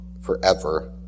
forever